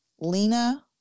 Lena